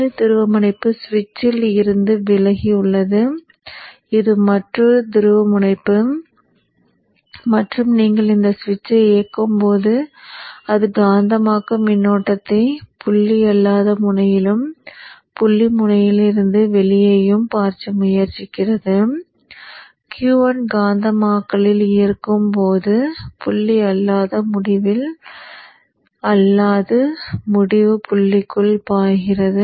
புள்ளி துருவமுனைப்பு சுவிட்சில் இருந்து விலகி உள்ளது இது மற்றொரு துருவமுனைப்பு மற்றும் நீங்கள் இந்த சுவிட்சை இயக்கும் போது அது காந்தமாக்கும் மின்னோட்டத்தை புள்ளி அல்லாத முனையிலும் புள்ளி முனையிலிருந்து வெளியேயும் பாய்ச்ச முயற்சிக்கிறது Q1 காந்தமாக்கலில் இருக்கும்போது புள்ளி அல்லாத முடிவில் அல்லாது முடிவு புள்ளிக்குள் பாய்கிறது